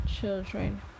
children